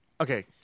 Okay